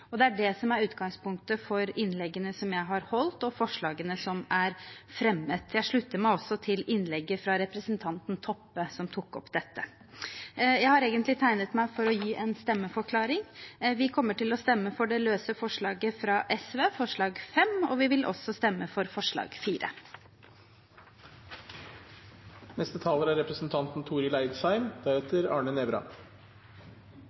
og det er det som er utgangspunktet for innleggene som jeg har holdt, og forslagene som er fremmet. Jeg slutter meg også til innlegget fra representanten Toppe, som tok opp dette. Jeg tegnet meg egentlig for å gi en stemmeforklaring. Vi kommer til å stemme for det løse forslaget fra SV, forslag nr. 5. I Noreg har eit stort fleirtal god helse. Vi blir eldre og eldre, og det blir stadig fleire eldre. Høgre vil